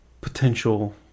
potential